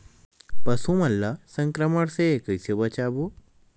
पशु मन ला संक्रमण से कइसे बचाबो?